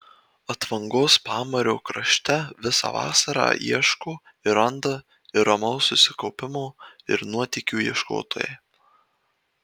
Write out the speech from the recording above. atvangos pamario krašte visą vasarą ieško ir randa ir ramaus susikaupimo ir nuotykių ieškotojai